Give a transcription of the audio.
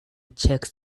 checks